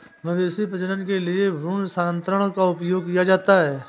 मवेशी प्रजनन के लिए भ्रूण स्थानांतरण का उपयोग किया जाता है